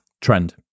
trend